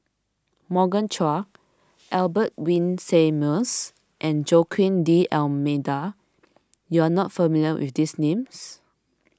Morgan Chua Albert Winsemius and Joaquim D'Almeida you are not familiar with these names